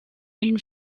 une